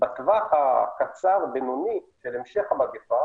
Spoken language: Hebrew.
בטווח הקצר-בינוני של המשך המגפה,